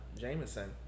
Jameson